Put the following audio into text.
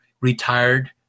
retired